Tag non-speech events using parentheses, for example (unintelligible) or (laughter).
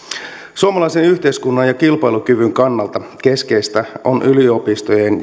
suomalaisen yhteiskunnan ja kilpailukyvyn kannalta keskeistä on yliopistojen (unintelligible)